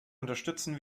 unterstützen